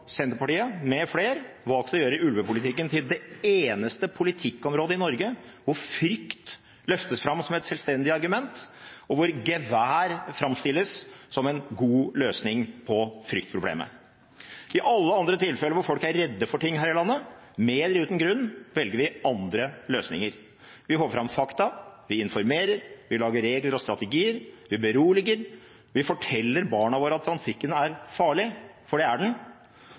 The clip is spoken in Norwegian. Senterpartiet med flere valgt å gjøre ulvepolitikken til det eneste politikkområdet i Norge hvor frykt løftes fram som et selvstendig argument, og hvor gevær framstilles som en god løsning på fryktproblemet. I alle andre tilfeller hvor folk er redde for noe her i landet, med eller uten grunn, velger vi andre løsninger. Vi får fram fakta, vi informerer, vi lager regler og strategier, vi beroliger, vi forteller barna våre at trafikken er farlig – for det er den